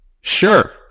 sure